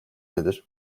nedir